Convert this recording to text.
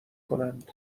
کند